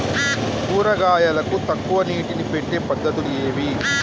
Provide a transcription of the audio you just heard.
కూరగాయలకు తక్కువ నీటిని పెట్టే పద్దతులు ఏవి?